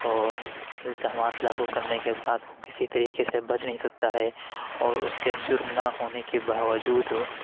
اور الزامات لاگو کرنے کے بعد وہ کسی طریقے سے بچ نہیں سکتا ہے اور اس کے جرم نہ ہونے کے باوجود